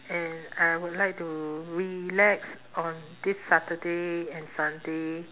and I would like to relax on this saturday and sunday